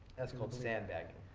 that's called sandbagging.